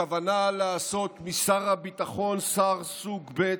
הכוונה לעשות משר הביטחון שר סוג ב'